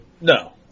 No